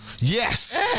yes